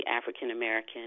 African-American